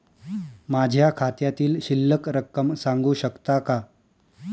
माझ्या खात्यातील शिल्लक रक्कम सांगू शकता का?